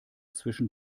zwischen